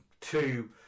two